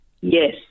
Yes